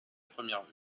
première